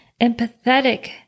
empathetic